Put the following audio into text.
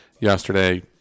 yesterday